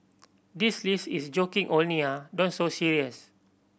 this list is joking only ah don't so serious